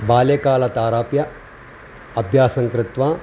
बाल्यकालादारभ्य अभ्यासं कृत्वा